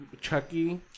Chucky